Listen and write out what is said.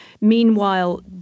Meanwhile